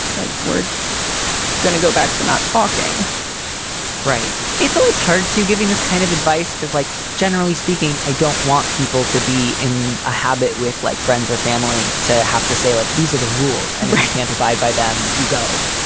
like we're going to go back to not talking right. it's always hard to giving this kind of advice because like generally speaking, i don't want people to be in a habit with like friends or family to have to say, like, these are the rules and i can't abide by them. you go.